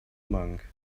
monk